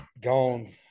gone